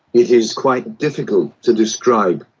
it is quite difficult to describe,